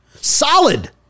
Solid